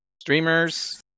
streamers